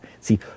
See